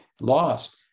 lost